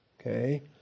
Okay